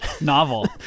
Novel